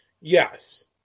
Yes